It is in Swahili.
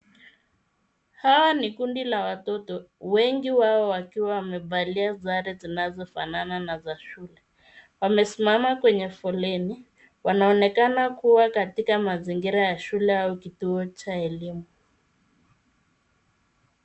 Hawa ni kundi la watoto, wengi wao wakiwa wamevalia sare zinazofanana na za shule. wamesimama kwenye foleni. wanaonekana kuwa katika mazingira ya shule au kituo cha elimu.